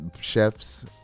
chefs